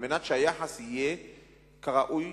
אין לנו את הלוקסוס הזה להתעלם משטח כזה או אחר,